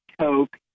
Coke